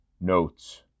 Notes